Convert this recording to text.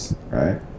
Right